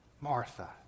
Martha